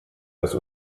das